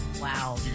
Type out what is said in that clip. Wow